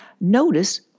notice